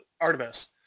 Artemis